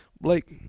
blake